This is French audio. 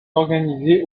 organisé